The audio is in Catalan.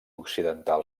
occidental